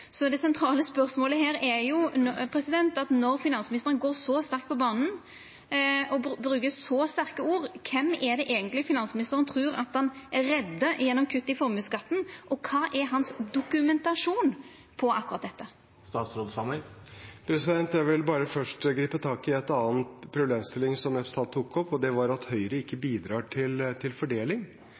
Det sentrale spørsmålet her er då, når finansministeren går så sterkt på banen og bruker så sterke ord: Kven er det eigentleg finansministeren trur han reddar gjennom kutt i formuesskatten, og kva dokumentasjon har han på akkurat dette? Jeg vil bare først gripe tak i en annen problemstilling som representanten tok opp, og det var at Høyre ikke bidrar til fordeling.